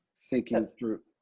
thinking through